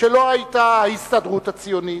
שלא היתה ההסתדרות הציונית,